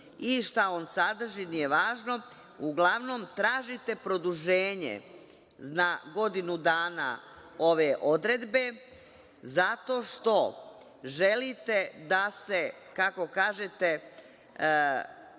i šta on sadrži, nije važno, uglavnom, tražite produženje na godinu dana ove odredbe, zato što želite da se, kako kažete